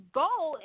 goal